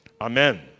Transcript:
Amen